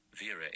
Vera